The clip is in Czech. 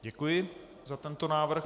Děkuji za tento návrh.